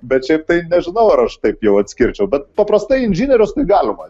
bet šiaip tai nežinau ar aš taip jau atskirčiau bet paprastai inžinierius tai galima